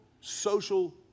social